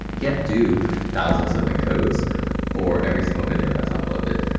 we can't do thousands of encodes for every single video that's uploaded.